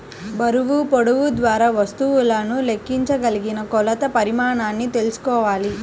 బరువు, పొడవు ద్వారా వస్తువులను లెక్కించగలిగిన కొలత ప్రమాణాన్ని తెల్సుకోవాలి